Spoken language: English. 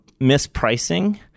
mispricing